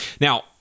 Now